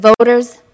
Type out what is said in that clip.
voters